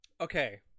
okay